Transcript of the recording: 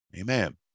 Amen